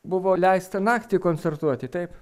buvo leista naktį koncertuoti taip